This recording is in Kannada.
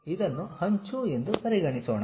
ಇದನ್ನು ಅಂಚು ಎಂದು ಪರಿಗಣಿಸೋಣ